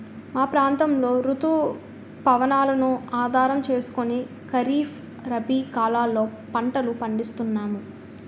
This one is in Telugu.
మా ప్రాంతంలో రుతు పవనాలను ఆధారం చేసుకుని ఖరీఫ్, రబీ కాలాల్లో పంటలు పండిస్తున్నాము